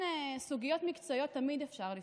סוגיות מקצועיות תמיד אפשר לפתור,